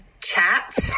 chat